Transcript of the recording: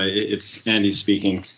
ah its andy speaking.